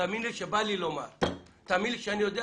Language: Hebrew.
תאמיני לי שבא לי לומר, תאמיני לי שאני יודע